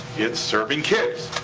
it's serving kids.